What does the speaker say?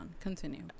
Continue